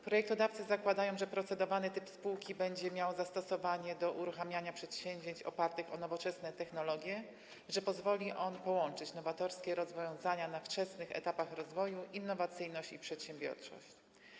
Projektodawcy zakładają, że procedowany typ spółki będzie miał zastosowanie do uruchamiania przedsięwzięć opartych na nowoczesnych technologiach, że pozwoli połączyć nowatorskie rozwiązania na wczesnych etapach rozwoju, innowacyjność i przedsiębiorczość.